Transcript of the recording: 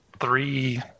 three